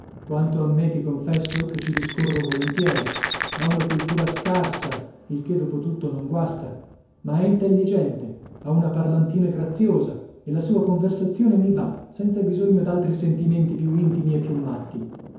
quanto a me ti confesso che ci discorro volentieri ha una cultura scarsa il che dopo tutto non guasta ma è intelligente ha una parlantina graziosa e la sua conversazione mi va senza bisogno d'altri sentimenti più intimi e più matti